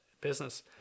business